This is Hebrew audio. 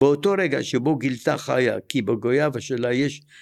באותו רגע שבו גילתה חיה, כי בגויאבה שלה יש...